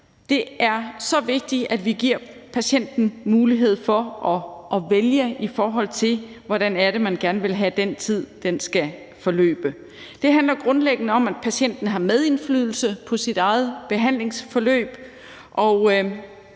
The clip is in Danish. Det er så vigtigt, at vi giver patienten mulighed for at vælge, i forhold til hvordan det er, man gerne vil have den tid skal forløbe. Det handler grundlæggende om, at patienten har medindflydelse på sit eget behandlingsforløb,